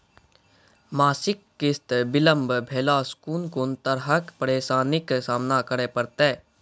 मासिक किस्त बिलम्ब भेलासॅ कून कून तरहक परेशानीक सामना करे परतै?